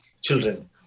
children